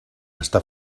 està